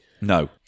No